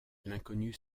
l’inconnu